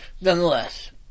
Nonetheless